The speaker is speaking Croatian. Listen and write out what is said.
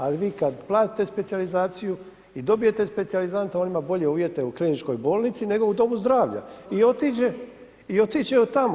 Ali vi kad platite specijalizaciju i dobijete specijalizanta on ima bolje uvjete u Kliničkoj bolnici nego u domu zdravlja i otiđe tamo.